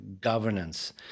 governance